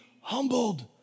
humbled